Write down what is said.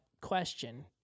question